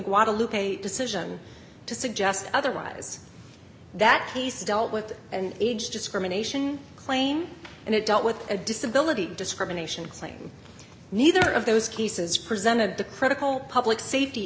guadalupe decision to suggest otherwise that he's dealt with an age discrimination claim and it dealt with a disability discrimination claim neither of those cases presented the critical public safety